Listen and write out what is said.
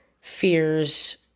fears